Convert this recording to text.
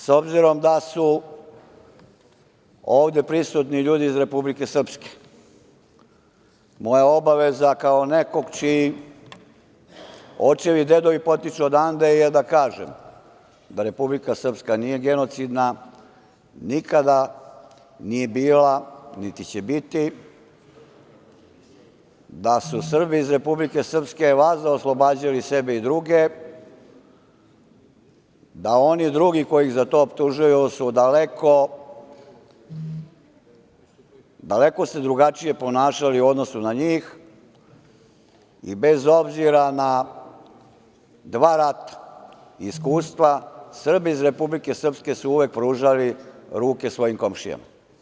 S obzirom da su ovde prisutni ljudi iz Republike Srpske, moja obaveza kao nekog čiji očevi i dedovi potiču odande, je da kažem da Republika Srpska nije genocidna, nikada nije bila, niti će biti, da su Srbi iz Republike Srpske vazda oslobađali sebe i druge, da oni drugi koji ih za to optužuju, su daleko , ponašali su se drugačije u odnosu na njih, i bez obzira na dva rata, iskustva Srba iz Republike Srpske, su uvek pružali ruke svojim komšijama.